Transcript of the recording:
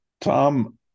Tom